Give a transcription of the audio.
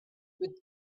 with